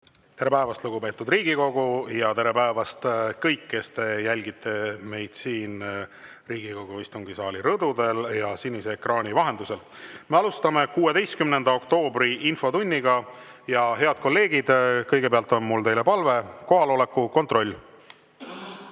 Tere päevast, lugupeetud Riigikogu! Tere päevast kõik, kes te jälgite meid siin Riigikogu istungisaali rõdudel ja sinise ekraani vahendusel. Me alustame 16. oktoobri infotundi. Head kolleegid, kõigepealt on mul teile palve: kohaloleku kontroll.